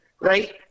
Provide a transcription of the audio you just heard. right